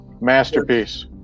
Masterpiece